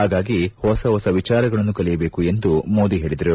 ಹಾಗಾಗಿ ಹೊಸ ಹೊಸ ವಿಚಾರಗಳನ್ನು ಕಲಿಯಬೇಕು ಎಂದು ಮೋದಿ ಹೇಳಿದರು